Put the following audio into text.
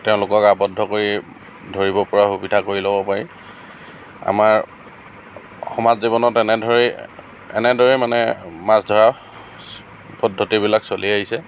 তেওঁলোকক আবদ্ধ কৰি ধৰিব পৰা সুবিধা কৰি ল'ব পাৰি আমাৰ সমাজ জীৱনত তেনেদৰেই এনেদৰেই মানে মাছ ধৰা পদ্ধতিবিলাক চলি আহিছে